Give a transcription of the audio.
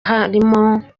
harimo